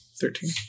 Thirteen